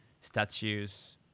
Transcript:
statues